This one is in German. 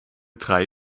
drei